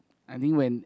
I think when